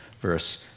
verse